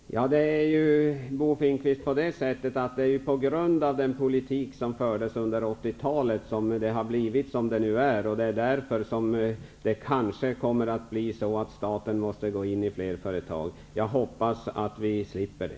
Herr talman! Det är ju, Bo Finnkvist, på grund av den politik som fördes under 1980-talet som det har blivit som det är. Det är därför som det kanske kan bli så att staten måste gå in i fler företag. Jag hoppas att vi slipper det.